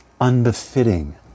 unbefitting